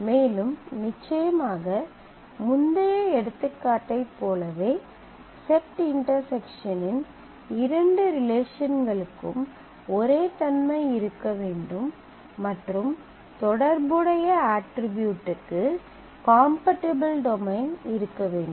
மேலும் நிச்சயமாக முந்தைய எடுத்துக்காட்டைப் போலவே செட் இண்டெர்செக்ஷனின் இரண்டு ரிலேஷன்களுக்கும் ஒரே தன்மை இருக்க வேண்டும் மற்றும் தொடர்புடைய அட்ரிபியூட்க்கு காம்பெடிப்பில் டொமைன் இருக்க வேண்டும்